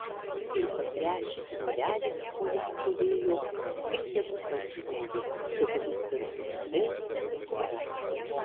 ir patręšęs suolelis po ja stovėjo ir tegu sau stovi tegu viskas būna taip kaip yra